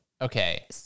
okay